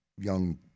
young